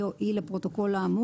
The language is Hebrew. C או E לפרוטוקול האמור,